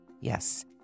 yes